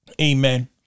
amen